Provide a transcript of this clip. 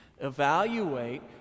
evaluate